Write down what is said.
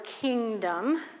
kingdom